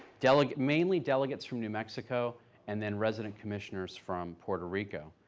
delegates, mainly delegates from new mexico and then resident commissioners from puerto rico.